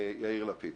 יאיר לפיד.